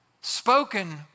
spoken